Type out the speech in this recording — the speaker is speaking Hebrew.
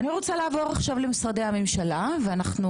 אני רוצה לעבור עכשיו למשרדי הממשלה ואנחנו